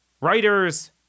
writers